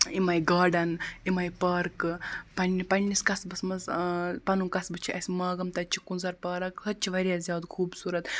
یِمَے گاڈَن یِمَے پارکہٕ پنٛنہِ پنٛنِس قصبَس منٛز پَنُن قصبہٕ چھِ اَسہِ ماگَم تَتہِ چھِ کُنٛزَر پارَک ہۄتہِ چھِ واریاہ زیادٕ خوٗبصوٗرَت